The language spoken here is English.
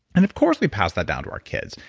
and of course we pass that down to our kids.